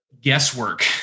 guesswork